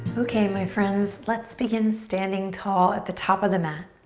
okay my friends, let's begin standing tall at the top of the mat.